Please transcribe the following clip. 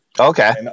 Okay